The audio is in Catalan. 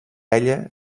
ella